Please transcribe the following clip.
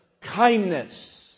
kindness